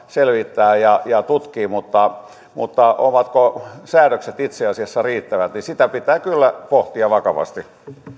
selvittää ja ja tutkii mutta sitä ovatko säädökset itse asiassa riittävät pitää kyllä pohtia vakavasti